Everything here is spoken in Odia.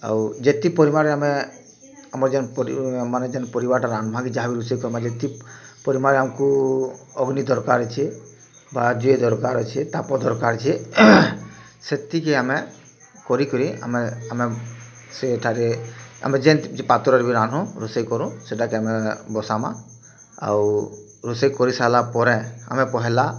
ଆଉ ଯେତିକି ପରିମାଣ ରେ ଆମେ ଆମର୍ ଯେନ୍ ପରି ମାନେ ଯେନ୍ ପରିବାର୍ ଟା ରାନ୍ଧବା କି ଯାହା ବି ରୋଷେଇ କରିବା ଯେତିକି ପରିମାଣ ରେ ଆମକୁ ଅଗ୍ନି ଦରକାର୍ ଅଛି ବା ଯେ ଦରକାର୍ ଅଛି ତାପ ଦରକାର୍ ଅଛି ସେତିକି ଆମେ କରି କରି ଆମେ ଆମେ ସେଠାରେ ଆମେ ଯେମ୍ତି ପାତ୍ର ରେ ବି ରାନୁ ରୋଷେଇ କରୁ ସେଇଟା କେ ଆମେ ବସାମା ଆଉ ରୋଷେଇ କରି ସାରିଲା ପରେ ଆମେ ପହେଲା